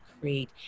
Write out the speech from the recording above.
create